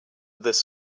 this